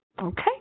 okay